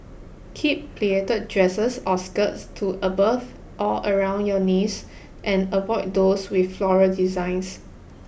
keep pleated dresses or skirts to above or around your knees and avoid those with floral designs